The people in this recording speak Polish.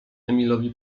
emilowi